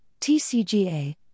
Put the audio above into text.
TCGA